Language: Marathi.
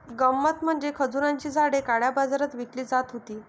गंमत म्हणजे खजुराची झाडे काळ्या बाजारात विकली जात होती